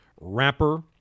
wrapper